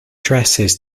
dresses